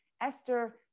Esther